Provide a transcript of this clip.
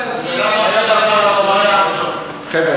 עזוב,